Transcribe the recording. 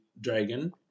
dragon